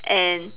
and